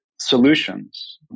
solutions